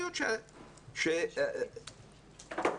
זה משהו משפטי.